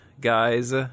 guys